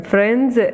Friends